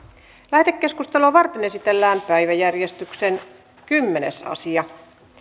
lähetekeskustelua varten esitellään päiväjärjestyksen kymmenes asia